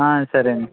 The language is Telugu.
ఆ సరేనండి